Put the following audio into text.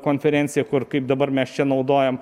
konferenciją kur kaip dabar mes čia naudojam